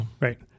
Right